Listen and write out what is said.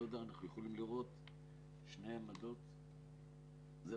אנחנו יכולים לראות שתי עמדות וזהו.